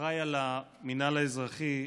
כאחראי למינהל האזרחי,